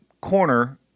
corner